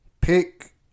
pick